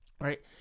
right